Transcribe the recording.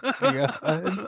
god